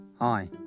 hi